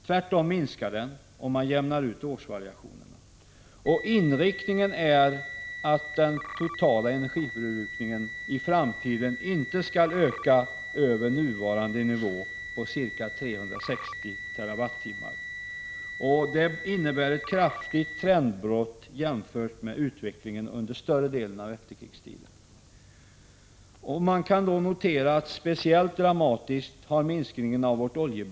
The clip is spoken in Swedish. Tvärtom minskar den —- om man jämnar ut årsvariationerna. Inriktningen är att den totala energiförbrukningen i framtiden inte skall öka över nuvarande nivå på ca 360 TWh. Det innebär ett kraftigt trendbrott i förhållande till utvecklingen under större delen av efterkrigstiden. Man kan notera att minskningen av vårt oljeberoende har varit speciellt Prot. 1985/86:124 dramatisk.